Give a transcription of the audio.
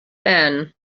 then